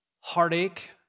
Heartache